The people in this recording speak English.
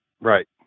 right